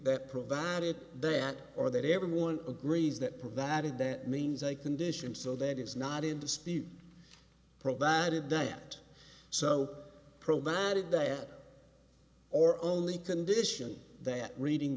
that provided that or that everyone agrees that provided that means a condition so that is not in dispute provided that so provided that or only condition that reading